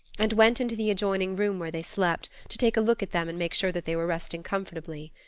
and went into the adjoining room where they slept to take a look at them and make sure that they were resting comfortably.